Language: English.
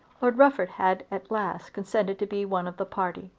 lord rufford had at last consented to be one of the party.